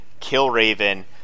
Killraven